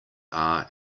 are